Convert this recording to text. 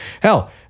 Hell